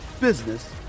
business